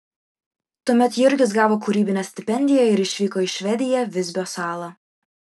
tuomet jurgis gavo kūrybinę stipendiją ir išvyko į švediją visbio salą